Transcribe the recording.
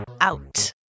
out